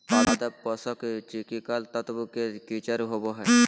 पादप पोषक चिकिकल तत्व के किचर होबो हइ